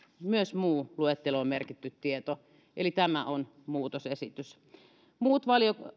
myös muu luetteloon merkitty tieto eli tämä on muutosesitys muut